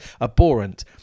abhorrent